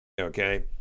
Okay